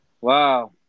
Wow